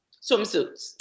Swimsuits